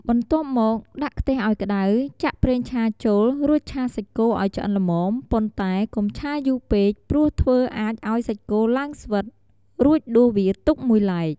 បន្ទាប់់មក ដាក់ខ្ទះឱ្យក្តៅ ចាក់ប្រេងឆាចូល រួចឆាសាច់គោឱ្យឆ្អិនល្មម ប៉ុន្តែកុំឆាយូរពេកព្រោះអាចធ្វើឱ្យសាច់គោឡើងស្វិត រួចដួសវាទុកមួយឡែក។